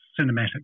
cinematic